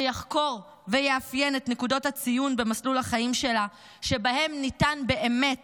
שיחקור ויאפיין את נקודות הציון במסלול החיים שלה שבהן ניתן באמת